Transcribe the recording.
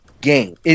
game